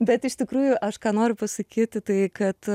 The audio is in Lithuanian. bet iš tikrųjų aš ką noriu pasakyti tai kad